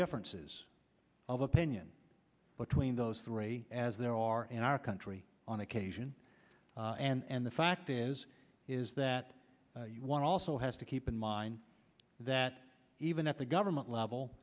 differences of opinion between those three as there are in our country on occasion and the fact is is that one also has to keep in mind that even if the government level